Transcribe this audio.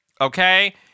Okay